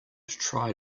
try